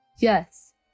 yes